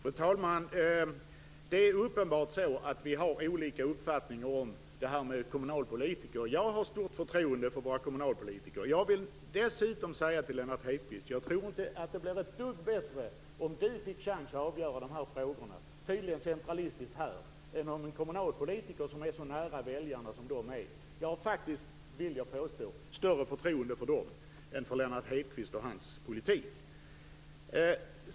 Fru talman! Det är uppenbart att vi har olika uppfattningar om kommunalpolitiker. Jag har stort förtroende för våra kommunalpolitiker. Jag vill dessutom säga till Lennart Hedquist att jag inte tror att det skulle bli ett dugg bättre om han fick chansen att avgöra dessa frågor centralistiskt här i kammaren än om en kommunalpolitiker, som ju är så nära väljarna, fick göra det. Jag vill påstå att jag faktiskt har större förtroende för kommunalpolitiker än för Lennart Hedquist och hans politik.